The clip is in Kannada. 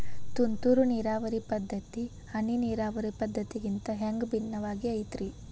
ತುಂತುರು ನೇರಾವರಿ ಪದ್ಧತಿ, ಹನಿ ನೇರಾವರಿ ಪದ್ಧತಿಗಿಂತ ಹ್ಯಾಂಗ ಭಿನ್ನವಾಗಿ ಐತ್ರಿ?